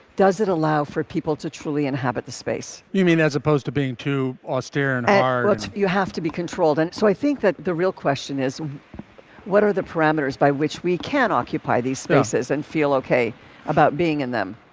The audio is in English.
does it allow for people to truly inhabit space? you mean as opposed to being too austere? and but you have to be controlled. and so i think that the real question is what are the parameters by which we can occupy these spaces and feel ok about being in them?